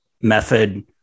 method